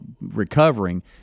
recovering